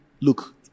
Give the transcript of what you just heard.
look